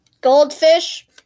goldfish